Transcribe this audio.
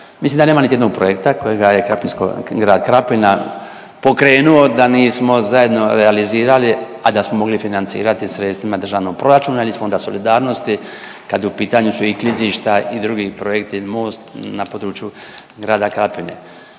Mislim da nema niti jednog projekta kojega je krapinsko, grad Krapina pokrenuo da nismo zajedno realizirali, a da smo mogli financirati sredstvima državnog proračuna ili iz Fonda solidarnosti kad u pitanju su i klizišta i drugi projekti most na području grada Krapine